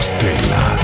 Stella